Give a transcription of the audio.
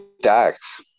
Dax